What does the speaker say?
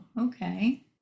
okay